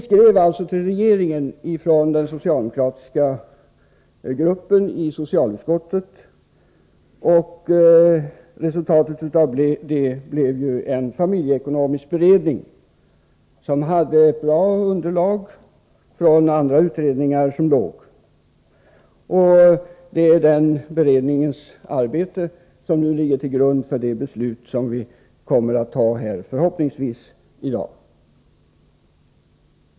Socialdemokratiska gruppen i socialutskottet skrev alltså till regeringen. Resultatet av detta blev en familjeekonomisk beredning, som hade bra underlag från andra utredningar. Det är den beredningens arbete som nu ligger till grund för det beslut vi förhoppningsvis kommer att fatta här i dag.